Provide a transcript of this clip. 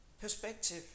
perspective